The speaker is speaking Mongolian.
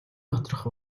доторх